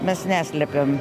mes neslepiam